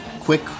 quick